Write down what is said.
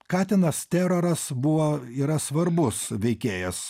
katinas teroras buvo yra svarbus veikėjas